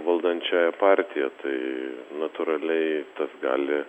valdančiąją partiją tai natūraliai tas gali